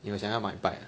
你有想要买 bike ah